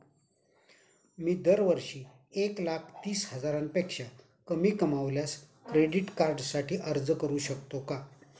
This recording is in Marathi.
मी दरवर्षी एक लाख तीस हजारापेक्षा कमी कमावल्यास क्रेडिट कार्डसाठी अर्ज करू शकतो का?